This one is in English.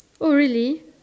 oh really